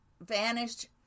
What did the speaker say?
vanished